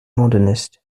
modernist